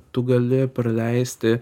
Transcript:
tu gali praleisti